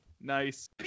Nice